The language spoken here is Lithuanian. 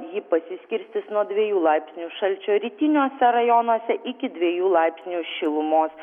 ji pasiskirstys nuo dviejų laipsnių šalčio rytiniuose rajonuose iki dviejų laipsnių šilumos